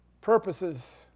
purposes